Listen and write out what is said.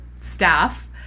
staff